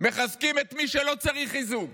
מחזקים את מי שלא צריך חיזוק.